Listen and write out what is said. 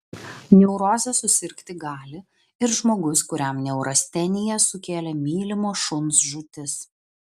neuroze susirgti gali ir žmogus kuriam neurasteniją sukėlė mylimo šuns žūtis